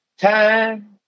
Time